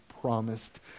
promised